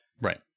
right